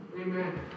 Amen